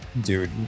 dude